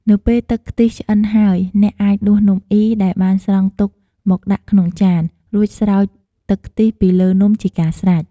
នៅពេលទឹកខ្ទិះឆ្អិនហើយ អ្នកអាចដួសនំអុីដែលបានស្រង់ទុកមកដាក់ក្នុងចាន រួចស្រោចទឹកខ្ទិះពីលើនំជាការស្រេច។